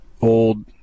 old